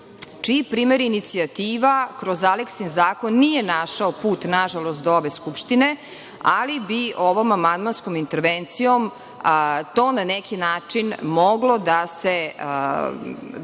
čiji primer i inicijativa kroz „Aleksin zakon“ nije našao put nažalost do ove Skupštine, ali bi ovom amandmanskom intervencijom to na neki način moglo da se ne